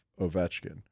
Ovechkin